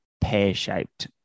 pear-shaped